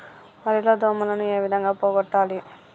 వరి లో దోమలని ఏ విధంగా పోగొట్టాలి?